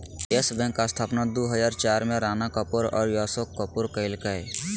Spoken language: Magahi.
यस बैंक स्थापना दू हजार चार में राणा कपूर और अशोक कपूर कइलकय